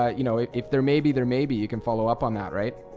ah you know if if there may be there maybe you can follow up on that right